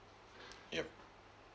yup